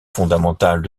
fondamentales